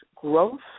growth